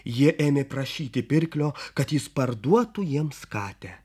jie ėmė prašyti pirklio kad jis parduotų jiems katę